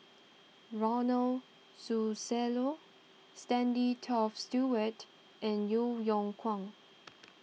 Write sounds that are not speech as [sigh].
Ronald Susilo Stanley Toft Stewart and Yeo Yeow Kwang [noise]